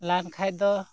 ᱞᱮᱱ ᱠᱷᱟᱱ ᱫᱚ